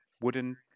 wooden